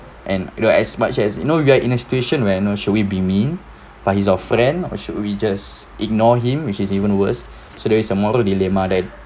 and you know as much as you know you are in a situation where you know should we be mean but he's our friend or should we just ignore him which is even worse so there is a moral dilemma then